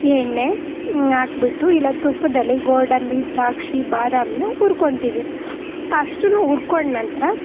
ಎಣ್ಣೆ ಹಾಕಿಬಿಟ್ಟು ಇಲ್ಲ ತುಪ್ಪದಲ್ಲಿ ಗೋಡಂಬಿ ದ್ರಾಕ್ಷಿ ಬಾದಾಮಿನ ಹುರ್ಕೊಳ್ತೀವಿ ಅಷ್ಟನ್ನೂ ಹುರ್ಕೊಂಡು ನಂತರ